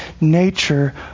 nature